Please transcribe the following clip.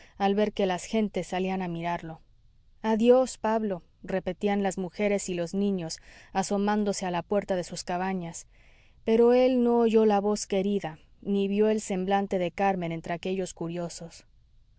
al ver que las gentes salían a mirarlo adiós pablo repetían las mujeres y los niños asomándose a la puerta de sus cabañas pero él no oyó la voz querida ni vió el semblante de carmen entre aquellos curiosos